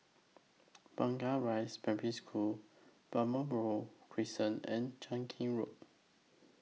Blangah Rise Primary School Balmoral Crescent and Cheow Keng Road